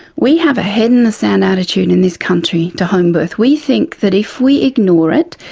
we have a head in the sand attitude in this country to homebirth we think that if we ignore it,